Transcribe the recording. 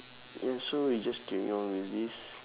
ya so we just carry on with this